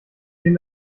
dem